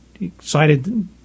excited